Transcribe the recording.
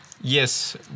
Yes